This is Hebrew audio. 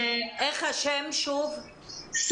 נעים מאוד, שרי,